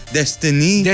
destiny